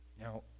Now